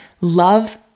love